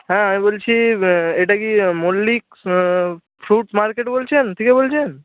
হ্যাঁ আমি বলছি এটা কি মল্লিক ফ্রুট মার্কেট বলছেন থেকে বলছেন